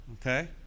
okay